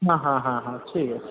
হ্যাঁ হ্যাঁ হ্যাঁ হ্যাঁ ঠিক আছে